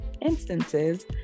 instances